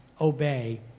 obey